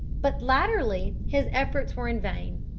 but latterly his efforts were in vain.